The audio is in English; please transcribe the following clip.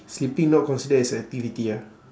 sleeping not considered as an activity ah